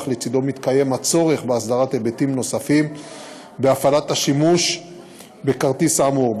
אך לצדו מתקיים הצורך בהסדרת היבטים נוספים בהפעלת השימוש בכרטיס האמור.